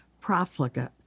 profligate